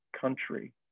country